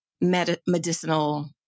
medicinal